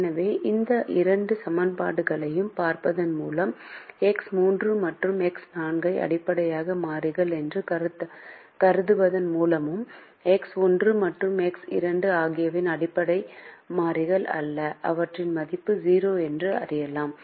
எனவே இந்த இரண்டு சமன்பாடுகளையும் பார்ப்பதன் மூலமும் X 3 மற்றும் X4 ஐ அடிப்படை மாறிகள் என்று கருதுவதன் மூலமும் X1 மற்றும் X2 ஆகியவை அடிப்படை மாறிகள் அல்ல அவற்றின் மதிப்பு 0 என்று அறியலாம்